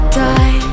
die